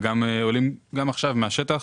וגם עולים עכשיו מהשטח,